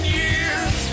years